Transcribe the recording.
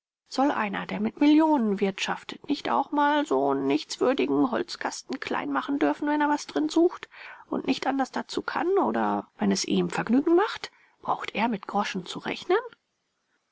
soll einer der mit millionen wirtschaftet nicht auch mal so'n nichtswürdigen holzkasten kleinmachen dürfen wenn er was drin sucht und nicht anders dazu kann oder wenn es ihm vergnügen macht brauchte er mit groschen zu rechnen